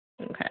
Okay